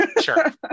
Sure